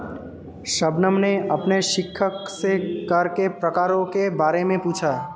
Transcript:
शबनम ने अपने शिक्षक से कर के प्रकारों के बारे में पूछा